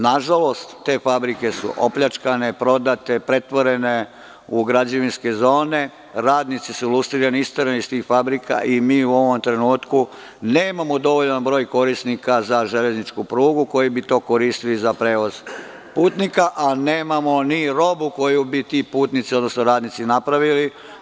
Nažalost, te fabrike su opljačkane i prodate i pretvorene u građevinske zone i radnici su lustrirani i oterani iz tih fabrika i mi u ovom trenutku nemamo dovoljna broj korisnika za železničku prugu koji bi to koristili za prevoz putnika, a nemamo ni robu koju bi ti radnici, odnosno putnici napravili.